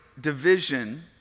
division